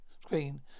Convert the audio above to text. Screen